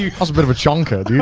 yeah was a bit of a chonker,